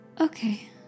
Okay